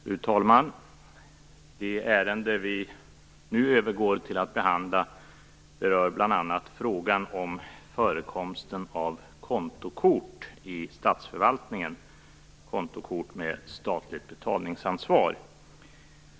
Fru talman! Det ärende vi nu övergår till att behandla berör bl.a. frågan om förekomsten av kontokort i statsförvaltningen. Det gäller kontokort med statligt betalningsansvar.